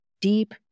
deep